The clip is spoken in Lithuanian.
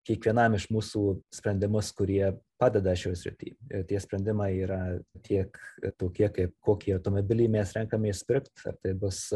kiekvienam iš mūsų sprendimus kurie padeda šioj srity ir tie sprendimai yra tiek tokie kaip kokį automobilį mes renkamės pirkt tai bus